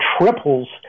triples